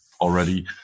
already